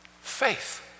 Faith